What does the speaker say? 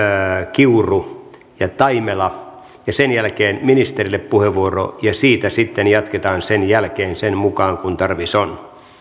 kiuru ja taimela ja sen jälkeen ministerille puheenvuoron ja siitä sitten jatketaan sen jälkeen sen mukaan kuin tarvis on